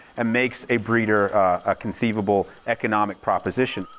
and makes a breeder a conceivable economic proposition.